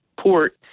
port